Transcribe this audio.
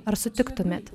ar sutiktumėt